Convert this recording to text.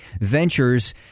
Ventures